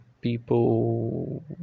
people